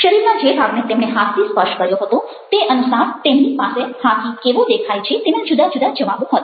શરીરના જે ભાગને તેમણે હાથથી સ્પર્શ કર્યો હતો તે અનુસાર તેમની પાસે હાથી કેવો દેખાય છે તેના જુદા જુદા જવાબો હતા